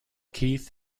keith